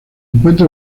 encuentra